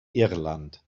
irland